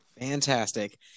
Fantastic